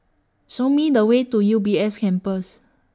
Show Me The Way to U B S Campus